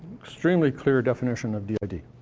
extremely clear definition of did.